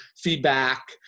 feedback